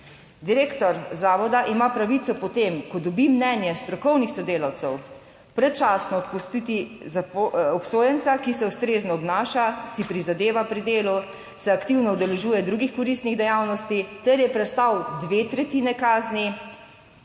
Direktor zavoda ima pravico, potem ko dobi mnenje strokovnih sodelavcev predčasno odpustiti obsojenca, ki se ustrezno obnaša, si prizadeva pri delu, se aktivno udeležuje drugih koristnih dejavnosti ter je prestal dve tretjini kazni,